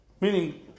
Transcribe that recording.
meaning